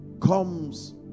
comes